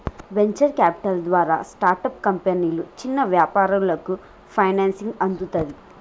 venture capital ద్వారా startup కంపెనీలు, చిన్న వ్యాపారాలకు ఫైనాన్సింగ్ అందుతది